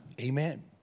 amen